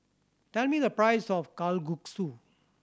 tell me the price of Kalguksu